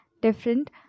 different